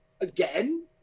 again